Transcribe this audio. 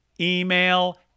email